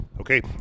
Okay